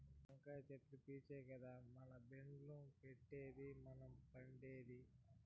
టెంకాయ చెట్లు పీచే కదా మన బెడ్డుల్ల పెట్టేది మనం పండేది